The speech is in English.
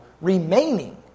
remaining